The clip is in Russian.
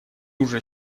уже